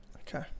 Okay